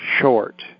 short